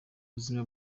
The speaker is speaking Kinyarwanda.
buzima